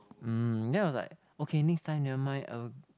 um then I was like okay next time nevermind I will